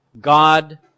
God